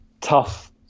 tough